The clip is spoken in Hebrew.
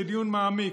בדיון מעמיק,